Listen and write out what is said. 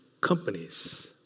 companies